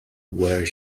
where